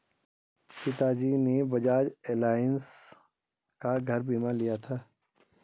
पिताजी ने बजाज एलायंस का घर बीमा लिया था